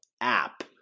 app